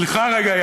סליחה רגע,